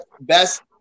best